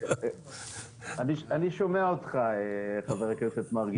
אני שומע אותך, חבר הכנסת מרגי.